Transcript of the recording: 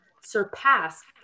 Surpassed